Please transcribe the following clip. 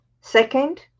Second